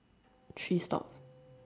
three stop